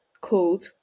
called